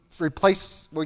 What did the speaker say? replace